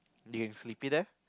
do you in sleepy there